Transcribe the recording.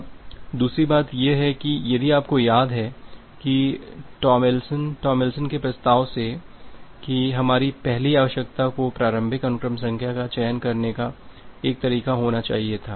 अब दूसरी बात यह है कि यदि आपको याद है कि टॉमलिंसन टॉमलिंसन के प्रस्ताव से कि हमारी पहली आवश्यकता को प्रारंभिक अनुक्रम संख्या का चयन करने का एक तरीका होना चाहिए था